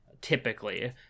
typically